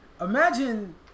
imagine